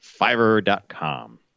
Fiverr.com